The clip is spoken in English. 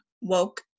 woke